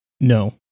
No